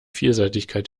vielseitigkeit